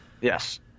Yes